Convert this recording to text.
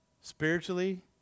spiritually